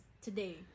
today